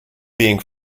being